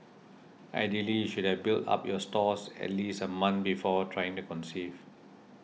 ideally you should have built up your stores at least a month before trying to conceive